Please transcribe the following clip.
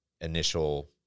initial